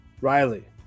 Riley